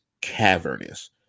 cavernous